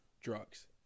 drugs